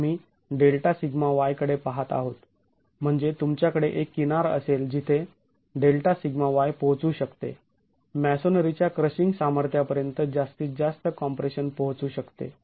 आम्ही Δσy कडे पाहत आहोत म्हणजे तुमच्याकडे एक किनार असेल जिथे Δσy पोहोचू शकते मॅसोनरीच्या क्रशिंग सामर्थ्यापर्यंत जास्तीत जास्त कॉम्प्रेशन पोहोचू शकते